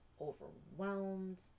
overwhelmed